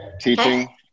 Teaching